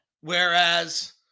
Whereas